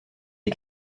des